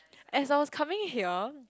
as I was coming here